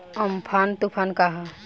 Amphan तुफान का ह?